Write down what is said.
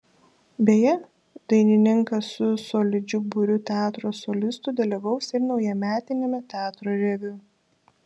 beje dainininkas su solidžiu būriu teatro solistų dalyvaus ir naujametiniame teatro reviu